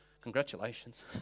congratulations